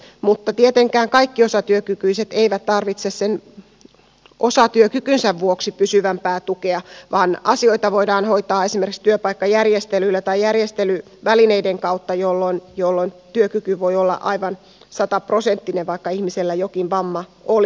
mutta tietenkään kaikki osatyökykyiset eivät tarvitse osatyökykynsä vuoksi pysyvämpää tukea vaan asioita voidaan hoitaa esimerkiksi työpaikkajärjestelyillä tai järjestelyvälineiden kautta jolloin työkyky voi olla aivan sataprosenttinen vaikka ihmisellä jokin vamma olisikin